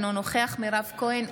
אינו נוכח מירב כהן,